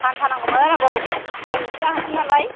फान्था नांगौमोन आबौ हाबायावसो जाहोनोसो नालाय